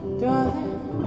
darling